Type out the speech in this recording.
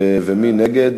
מי נגד?